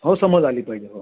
हो समज आली पहिजे हो